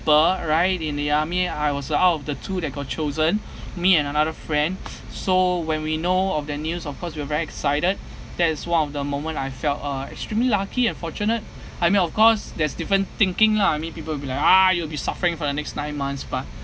~ple right in the army I was a out of the two that got chosen me and another friend so when we know of the news of course we are very excited that is one of the moment I felt uh extremely lucky and fortunate I mean of course there's different thinking lah I mean people will be like ah you'll be suffering for the next nine months but